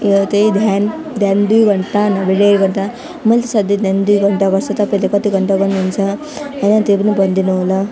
यो त्यही ध्यान ध्यान दुई घन्टा नभए एक घन्टा मैले सधैँ ध्यान दुई घन्टा गर्छ तपाईँले कति घन्टा गर्नु हुन्छ होइन त्यही पनि भनिदिनु होला